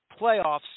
Playoffs